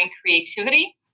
creativity